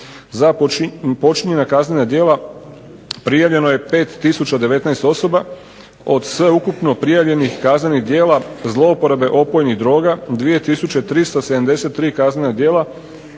Za počinjena kaznena djela prijavljeno je 5019 osoba. Od sveukupno prijavljenih kaznenih djela zlouporabe opojnih droga 2373 kaznena djela